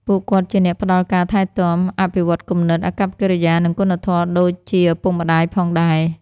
ពួកគាត់ជាអ្នកផ្តល់ការថែទាំ អភិវឌ្ឍគំនិត អាកប្បកិរិយា និងគុណធម៌ដូចជាឪពុកម្តាយផងដែរ។